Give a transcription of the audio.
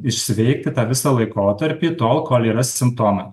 išsveikti tą visą laikotarpį tol kol yra simptomai